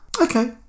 okay